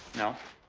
no.